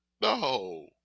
no